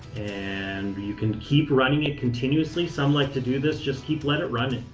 and you can keep running it continuously. some like to do this, just keep let it running.